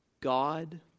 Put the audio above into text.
God